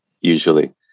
usually